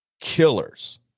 killers